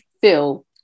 feel